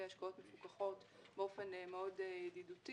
השקעות מפוקחות באופן מאוד ידידותי,